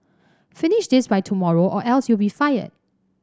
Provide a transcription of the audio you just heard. finish this by tomorrow or else you'll be fired